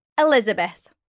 Elizabeth